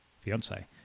fiance